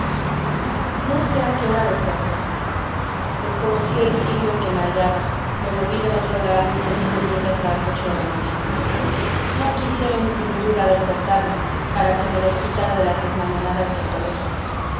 no sé a qué hora desperté desconocí el sitio en que me hallaba me volví del otro lado y seguí durmiendo hasta las ocho de la mañana no quisieron sin duda despertarme para que me desquitara de las desmañanadas del colegio